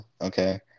okay